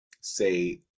say